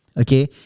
Okay